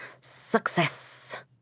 success